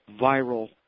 viral